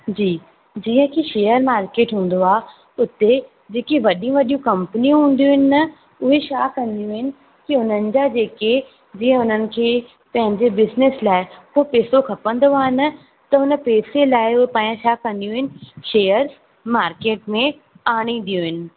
जी जीअं की share market हूंदो आहे उते जेकी वॾियूं वॾियूं कंपनियूं हूंदियूं आहिनि उहे छा कंदियूं आहिनि की हुननि जा जेके जीअं हुननि खे पंहिंजे बिज़नस लाइ कुझु पैसो खपंदो आहे न त हुन पैसे लाइ उहे छा कंदियूं आहिनि शेयर मार्केट में आणंदियूं आहिनि